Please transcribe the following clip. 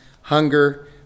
hunger